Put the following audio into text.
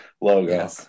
logo